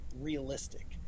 realistic